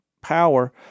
power